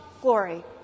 glory